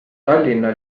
tallinna